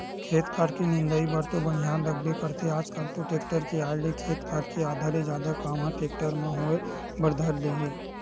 खेत खार के निंदई बर तो बनिहार लगबे करथे आजकल तो टेक्टर के आय ले खेत खार के आधा ले जादा काम ह टेक्टर म होय बर धर ले हे